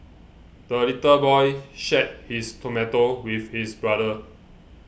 the little boy shared his tomato with his brother